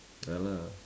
ya lah